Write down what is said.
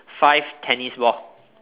five tennis ball